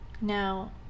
now